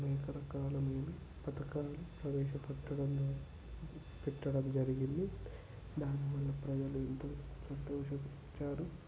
అనేక రకాలమైన పథకాలు ప్రవేశపెట్టడం పెట్టడం జరిగింది దానివల్ల ప్రజలు ఎంతో సంతోష పరిచారు